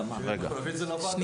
אנחנו נביא את זה לוועדה.